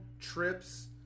trips